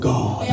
God